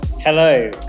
Hello